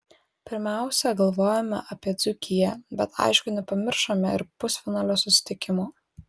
pirmiausia galvojome apie dzūkiją bet aišku nepamiršome ir pusfinalio susitikimo